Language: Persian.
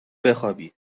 بخوابی